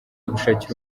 gushakira